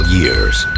years